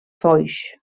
foix